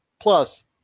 Plus